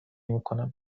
میکنم